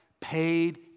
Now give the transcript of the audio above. paid